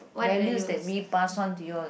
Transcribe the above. values that we passed on to you all